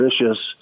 ambitious